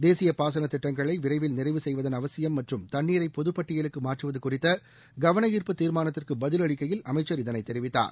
தேசிய பாசன திட்டங்களை விரைவில் நிறைவு செய்வதன் அவசியம் மற்றும் தண்ணீரை பொது பட்டியலுக்கு மாற்றுவது குறித்த கவன ஈர்ப்பு தீர்மானத்திற்கு பதிலளிக்கையில் தெரிவித்தார்